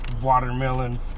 watermelon